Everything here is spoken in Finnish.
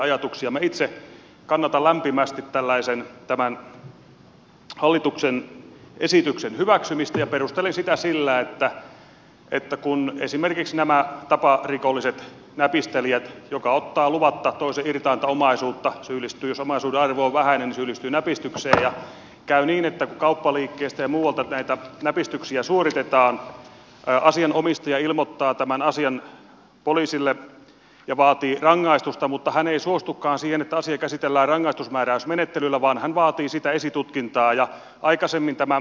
minä itse kannatan lämpimästi tämän hallituksen esityksen hyväksymistä ja perustelen sitä sillä että kun esimerkiksi nämä taparikolliset näpistelijät jotka ottavat luvatta toisen irtainta omaisuutta syyllistyvät jos omaisuuden arvo on vähäinen näpistykseen ja käy niin että kun kauppaliikkeistä ja muualta näitä näpistyksiä suoritetaan asianomistaja ilmoittaa tämän asian poliisille ja vaatii rangaistusta mutta hän ei suostukaan siihen että asia käsitellään rangaistusmääräysmenettelyllä vaan hän vaatii siitä esitutkintaa aikaisemmin tämä käsiteltiin kansanomaisesti sanottuna sakolla